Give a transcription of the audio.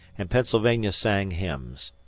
and pennsylvania sang hymns.